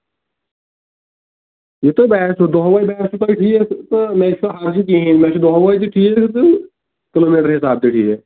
یہِ تۅہہِ باسوٕ دۄہ وٲے باسوٕ تۅہہِ ٹھیٖک تہٕ مےٚ چھُنہٕ ہرجہٕ کِہیٖنٛۍ مےٚ چھُ دۄہ وٲے تہِ ٹھیٖک تہٕ کِلوٗ میٹر حِسابہٕ تہِ ٹھیٖک